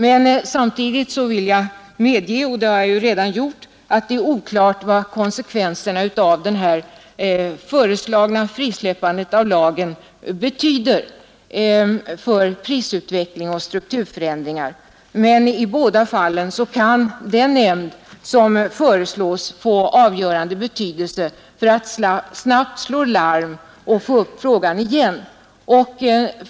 Men samtidigt vill jag medge — och det har jag redan gjort — att det är oklart vad konsekvenserna av det föreslagna frisläppandet betyder för prisutveckling och strukturförändringar. I båda fallen kan emellertid den föreslagna nämnden få avgörande betydelse när det gäller att snabbt slå larm och ta upp frågan igen.